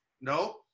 no